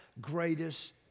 greatest